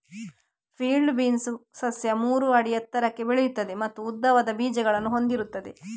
field beans ಸಸ್ಯ ಮೂರು ಅಡಿ ಎತ್ತರಕ್ಕೆ ಬೆಳೆಯುತ್ತದೆ ಮತ್ತು ಉದ್ದವಾದ ಬೀಜಗಳನ್ನು ಹೊಂದಿರುತ್ತದೆ